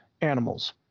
animals